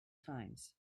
times